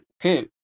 okay